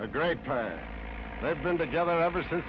a great friend that's been together ever since